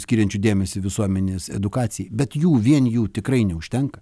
skiriančių dėmesį visuomenės edukacijai bet jų vien jų tikrai neužtenka